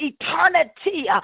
eternity